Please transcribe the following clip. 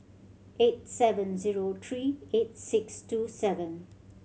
eight seven zero three eight six two seven